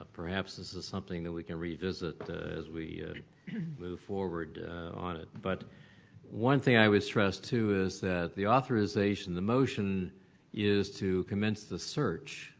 ah perhaps this is something that we can revisit as we move forward on it. but one thing i would stress to, is that the authorization, the motion is to commence the search,